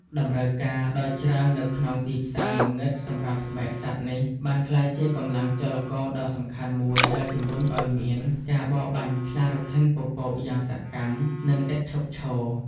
តម្រូវការដ៏ច្រើននៅក្នុងទីផ្សារងងឹតសម្រាប់ស្បែកសត្វនេះ បានក្លាយជាកម្លាំងចលករដ៏សំខាន់មួយដែលជំរុញឲ្យមានការបរបាញ់ខ្លារខិនពពកយ៉ាងសកម្ម និងឥតឈប់ឈរ។